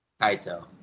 kaito